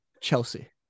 Chelsea